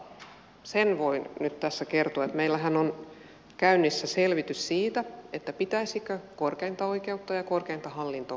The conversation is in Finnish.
mutta sen voin nyt tässä kertoa että meillähän on käynnissä selvitys siitä pitäisikö korkein oikeus ja korkein hallinto oikeus yhdistää